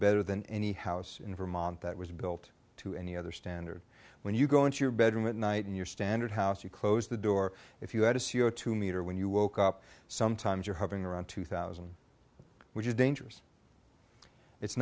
better than any house in vermont that was built to any other standard when you go into your bedroom at night and your standard house you close the door if you had a c o two meter when you woke up sometimes you're hovering around two thousand which is dangerous it's